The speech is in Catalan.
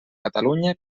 catalunya